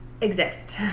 exist